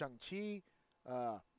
Shang-Chi